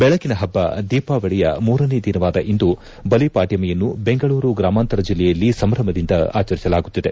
ಬೆಳಕಿನ ಹಬ್ಬ ದೀಪಾವಳಿಯ ಮೂರನೇ ದಿನವಾದ ಇಂದು ಬಲಿಪಾಡ್ಕಮಿಯನ್ನು ಬೆಂಗಳೂರು ಗೂಮಾಂತರ ಜಿಲ್ಲೆಯಲ್ಲಿ ಸಂಭ್ರಮದಿಂದ ಆಚರಿಸಲಾಗುತ್ತಿದೆ